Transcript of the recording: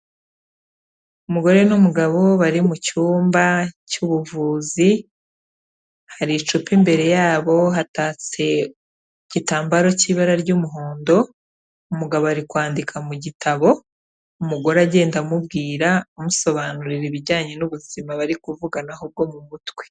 Umugore n'umugabo bari mu cyumba cy'ubuvuzi, hari icupa imbere yabo hatatse igitambaro cy'ibara ry'umuhondo, umugabo ari kwandika mu gitabo, umugore agenda amubwira amusobanurira ibijyanye n'ubuzima bari kuvuganaho bwo mu mutwe.